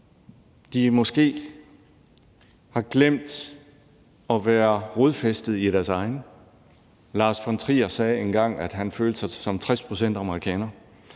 de måske har glemt at være rodfæstet i deres egen? Måske. Lars von Trier sagde engang, at han følte sig som 60 pct. amerikaner.